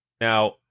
Now